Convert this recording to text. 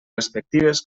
respectives